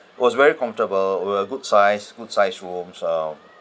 it was very comfortable with a good sized good sized room so um